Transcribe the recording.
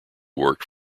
worked